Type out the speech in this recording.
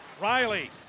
Riley